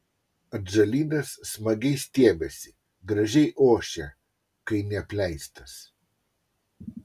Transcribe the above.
atžalynas smagiai stiebiasi gražiai ošia kai neapleistas